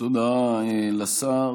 תודה לשר.